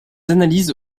analyses